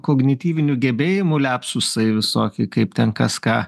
kognityvinių gebėjimų liapsusai visokie kaip ten kas ką